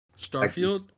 Starfield